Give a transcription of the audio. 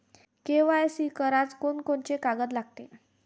KYC कराच कोनचे कोनचे कागद लागते?